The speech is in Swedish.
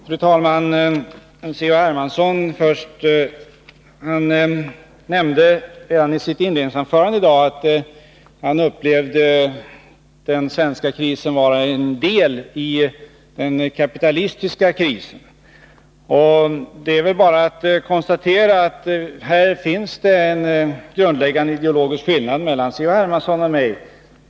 Fru talman! Först till Carl-Henrik Hermansson. Redan i sitt inledningsanförande nämnde han att han upplevde den svenska krisen såsom varande en del av den kapitalistiska krisen. Det är väl bara att konstatera att det här finns en grundläggande ideologisk skillnad mellan Carl-Henrik Hermansson och mig.